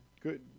good